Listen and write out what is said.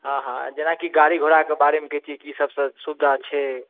हॅं हॅं जेनाकि गाड़ी घोड़ा के बारे मे कहितियै की सभसँ सुबिधा छै